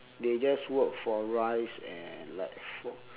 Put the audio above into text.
they just work for rice and like for